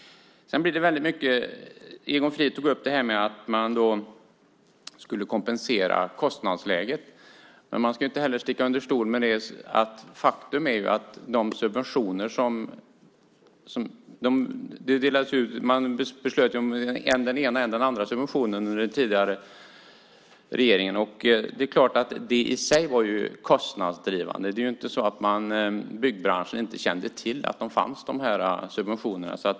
Egon Frid tog upp detta med att man skulle kompensera för kostnadsläget. Men man ska inte sticka under stol med hur det har gått med de subventioner som den tidigare regeringen beslutade om. Man beslöt om än den ena, än den andra subventionen. Detta var i sig kostnadsdrivande. Byggbranschen kände ju mycket väl till att subventionerna fanns.